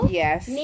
yes